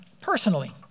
personally